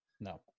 no